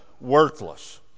worthless